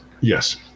yes